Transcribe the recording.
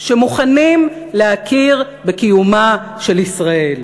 שמוכנים להכיר בקיומה של ישראל,